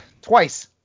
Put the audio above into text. Twice